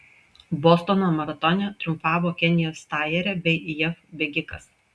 bostono maratone triumfavo kenijos stajerė bei jav bėgikas